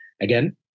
again